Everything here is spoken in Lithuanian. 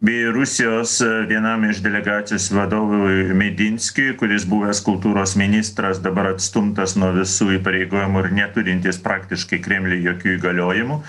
bei rusijos vienam iš delegacijos vadovui medinskiui kuris buvęs kultūros ministras dabar atstumtas nuo visų įpareigojimų ir neturintis praktiškai kremliui jokių įgaliojimų